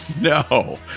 No